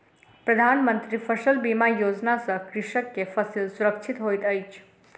प्रधान मंत्री फसल बीमा योजना सॅ कृषक के फसिल सुरक्षित होइत अछि